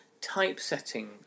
typesetting